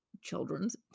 children's